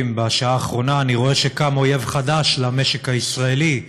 בשעה האחרונה אני רואה שקם אויב חדש למשק הישראלי: